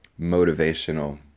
motivational